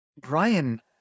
Brian